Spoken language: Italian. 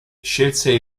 scelse